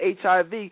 HIV